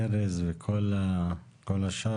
ארז וכל השאר,